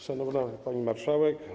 Szanowna Pani Marszałek!